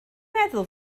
meddwl